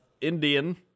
Indian